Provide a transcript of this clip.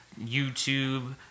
YouTube